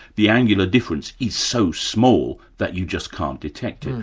the angular difference is so small that you just can't detect it.